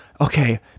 okay